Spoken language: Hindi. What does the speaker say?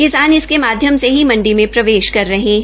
किसान इसके माध्यम से ही मंडी में प्रवेश कर रहे है